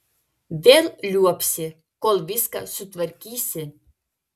vėl liuobsi kol viską sutvarkysi